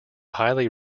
highly